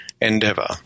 endeavor